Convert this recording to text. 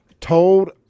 told